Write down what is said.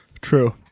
True